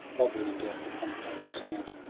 lovely in death, upon the common sand.